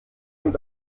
und